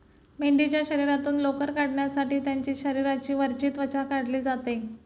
मेंढीच्या शरीरातून लोकर काढण्यासाठी त्यांची शरीराची वरची त्वचा काढली जाते